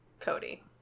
Cody